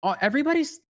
everybody's